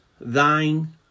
thine